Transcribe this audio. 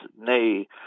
Nay